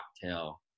cocktail